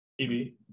tv